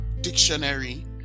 dictionary